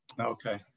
Okay